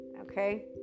Okay